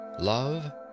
Love